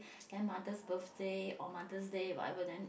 then mother's birthday or Mothers' Day whatever then